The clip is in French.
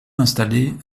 installé